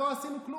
לא עשינו כלום.